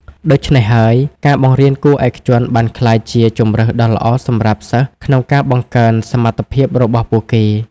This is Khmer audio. ដូច្នេះហើយ ការបង្រៀនគួរឯកជនបានក្លាយជាជម្រើសដ៏ល្អសម្រាប់សិស្សក្នុងការបង្កើនសមត្ថភាពរបស់ពួកគេ។